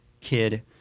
kid